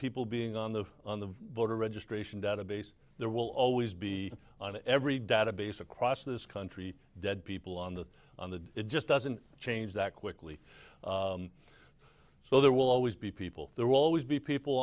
people being on the on the voter registration database there will always be on every database across this country dead people on the on the it just doesn't change that quickly so there will always be people there will always be people